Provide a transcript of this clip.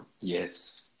Yes